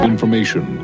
Information